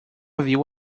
viu